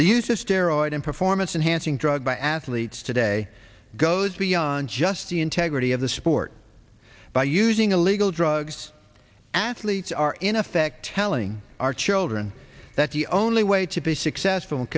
the use of steroids and performance enhancing drug by athletes today goes beyond just the integrity of the sport by using illegal drugs athletes are in effect telling our children that the only way to be successful and